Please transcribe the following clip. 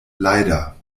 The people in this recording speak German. leider